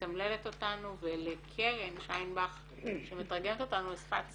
שמתמללת אותנו לקרן שיינבך שמתרגמת אותנו לשפת סימנים.